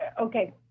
Okay